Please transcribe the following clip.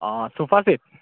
অঁ sofa set